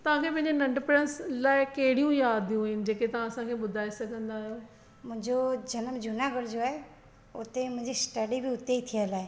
तव्हां खे पंहिंजे नंढपण लाइ कहिड़ियूं यादियूं आहिनि जेके तव्हां असांखे ॿुधाए सघंदा आहियो मुंहिंजो जनम जूनागढ़ जो आहे उते मुंहिंजी स्टडी बि उते ई थियल आहे